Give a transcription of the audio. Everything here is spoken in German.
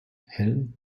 hell